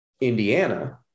Indiana